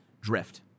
Drift